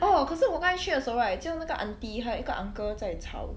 orh 可是我刚才我去的时候 right 只有那个 aunty 还有一个 uncle 在炒